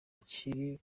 ikiri